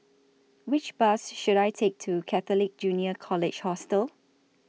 Which Bus should I Take to Catholic Junior College Hostel